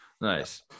nice